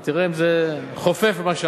ותראה אם זה חופף למה שאמרת: